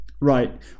Right